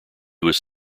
was